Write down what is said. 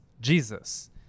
jesus